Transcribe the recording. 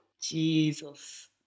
Jesus